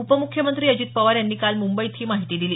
उपमुख्यमंत्री अजित पवार यांनी काल मुंबईत ही माहिती दिली